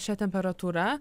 šia temperatūra